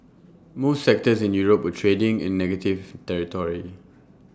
most sectors in Europe were trading in negative territory